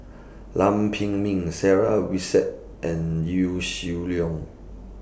Lam Pin Min Sarah Winstedt and Yaw Shin Leong